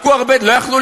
ולא עשית